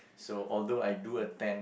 so although I do attempt